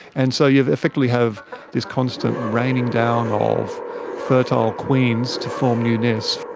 and so you effectively have this constant raining-down of fertile queens to form new nests.